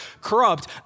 corrupt